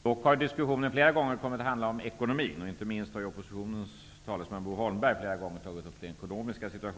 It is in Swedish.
Herr talman! Vi har nu att debattera välfärdspolitiken och inriktningen av socialpolitiken. Diskussionen har dock flera gånger kommit att handla om ekonomin. Inte minst oppositionens talesman Bo Holmberg har flera gånger tagit upp de ekonomiska aspekterna.